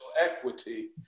equity